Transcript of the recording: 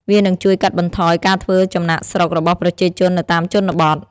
វានឹងជួយកាត់បន្ថយការធ្វើចំណាកស្រុករបស់ប្រជាជននៅតាមជនបទ។